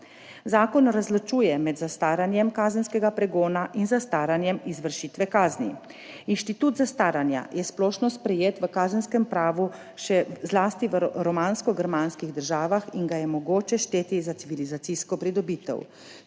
Zakon razločuje med zastaranjem kazenskega pregona in zastaranjem izvršitve kazni. Institut zastaranja je splošno sprejet v kazenskem pravu, še zlasti v romansko-germanskih državah, in ga je mogoče šteti za civilizacijsko pridobitev.